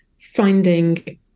finding